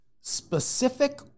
specific